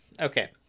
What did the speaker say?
okay